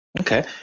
Okay